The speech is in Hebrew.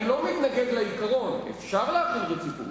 אני לא מתנגד לעיקרון, אפשר להחיל רציפות,